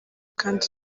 kandi